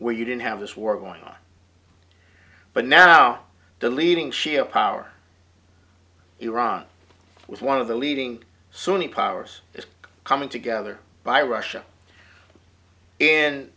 where you didn't have this war going on but now the leading shia power iran with one of the leading sunni powers is coming together by russia and